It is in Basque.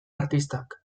artistak